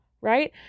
right